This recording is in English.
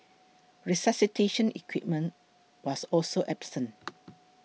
resuscitation equipment was also absent